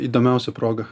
įdomiausia proga